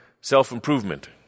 self-improvement